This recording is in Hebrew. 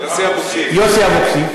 יוסי אבוקסיס.